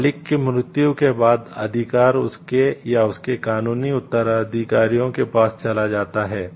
मालिक की मृत्यु के बाद अधिकार उसके या उसके कानूनी उत्तराधिकारियों के पास चला जाता है